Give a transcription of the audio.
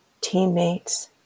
teammates